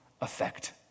effect